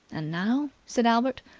and now, said albert,